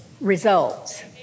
results